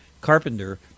carpenter